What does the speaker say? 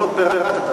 ולא פירטת.